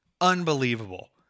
Unbelievable